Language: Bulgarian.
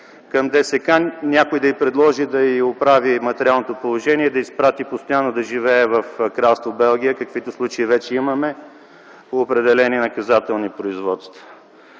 към ДСК и някой да й предложи да й оправи материалното положение, да я изпрати постоянно да живее в Кралство Белгия, каквито случаи вече имаме по определени наказателни производства?!